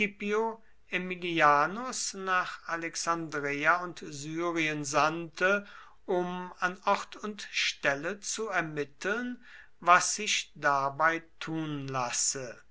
nach alexandreia und syrien sandte um an ort und stelle zu ermitteln was sich dabei tun lasse